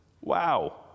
Wow